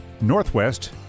northwest